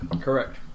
Correct